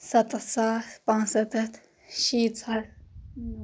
ستتھ ساس پانٛژھ ستتھ شیٖتھ ساس